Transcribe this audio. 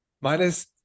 minus